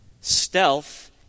Stealth